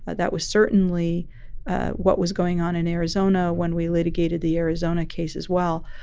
that was certainly what was going on in arizona when we litigated the arizona case as well.